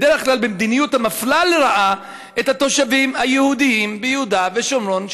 בדרך כלל במדיניות המפלה לרעה את התושבים היהודים ביהודה ושומרון,